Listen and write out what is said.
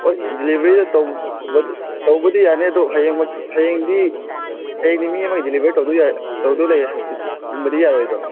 ꯍꯣꯏ ꯗꯤꯂꯤꯕꯔꯤꯗꯣ ꯇꯧꯕꯗꯤ ꯌꯥꯅꯤ ꯑꯗꯣ ꯍꯌꯦꯡꯃꯛ ꯍꯌꯦꯡꯗꯤ ꯃꯤ ꯑꯃꯒꯤ ꯗꯤꯂꯤꯕꯔ ꯇꯧꯕ ꯌꯥꯏ ꯇꯧꯒꯗꯧꯕ ꯂꯩ ꯍꯥꯡꯆꯤꯠꯀꯨꯝꯕꯗꯤ ꯌꯥꯔꯣꯏꯗ꯭ꯔꯣ